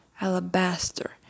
alabaster